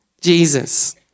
Jesus